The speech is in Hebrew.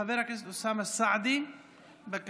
חבר הכנסת אוסאמה סעדי, בבקשה.